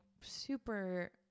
super